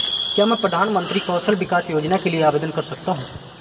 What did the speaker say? क्या मैं प्रधानमंत्री कौशल विकास योजना के लिए आवेदन कर सकता हूँ?